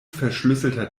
verschlüsselter